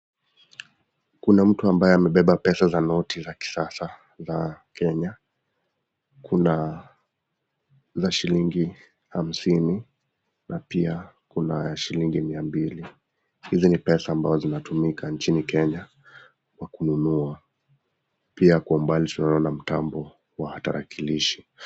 Kuna mtu ambaye amebeba pesa za noti ya kisasa za Kenya, kuna za shilingi hamsini na pia kuna ya shilingi mia mbili. Hizi ni pesa ambayo zinayotumika kununua pia nkwa umbali tunaona mtambo wa tarakilishi.